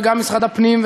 וגם משרד הפנים,